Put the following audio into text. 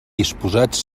disposats